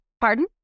Pardon